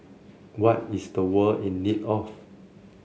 what is the world in need of